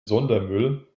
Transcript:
sondermüll